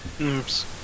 Oops